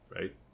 right